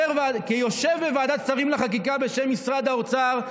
כיושב בוועדת שרים לחקיקה בשם משרד האוצר,